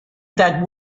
that